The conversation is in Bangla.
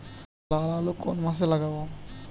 লাল আলু কোন মাসে লাগাব?